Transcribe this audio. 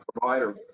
provider